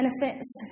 benefits